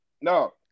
No